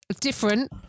different